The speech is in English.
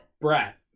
Brat